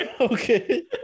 Okay